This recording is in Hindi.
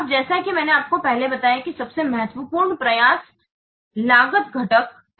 अब जैसा कि मैंने आपको बताया है कि सबसे महत्वपूर्ण प्रयास लागत घटक है